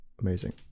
Amazing